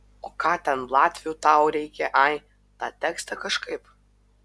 o ką ten latvių tau reikia ai tą tekstą kažkaip